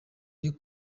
niyo